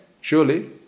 surely